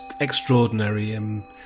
extraordinary